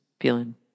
feeling